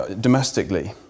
domestically